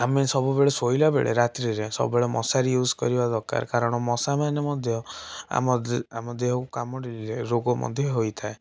ଆମେ ସବୁବେଳେ ଶୋଇଲାବେଳେ ରାତିରେ ସବୁବେଳେ ମଶାରୀ ୟୁଜ କରିବା ଦରକାର କାରଣ ମଶାମାନେ ମଧ୍ୟ ଆମ ଦେ ଆମଦେହକୁ କାମୁଡ଼ିଲେ ରୋଗ ମଧ୍ୟ ହୋଇଥାଏ